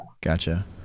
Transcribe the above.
gotcha